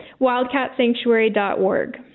Wildcatsanctuary.org